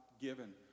given